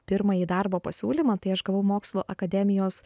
pirmąjį darbo pasiūlymą tai aš gavau mokslų akademijos